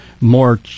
more